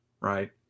right